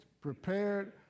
prepared